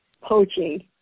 poaching